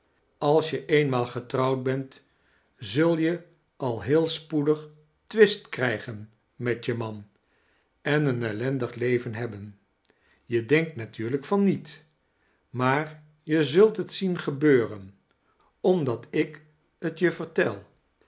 als je eenmaal getrouwd bent zul je al heel spoedig twist krijgen met je man en een ellendig leven hebben je denkt natuurlijk van niet maar je zult t zien gebeuren omdat ik t je vertel